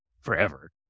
forever